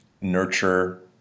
nurture